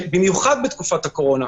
במיוחד בתקופת הקורונה,